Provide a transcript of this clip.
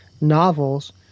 novels